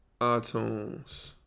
iTunes